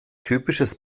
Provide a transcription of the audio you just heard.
typisches